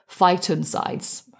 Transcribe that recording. phytoncides